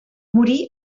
morí